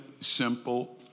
simple